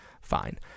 Fine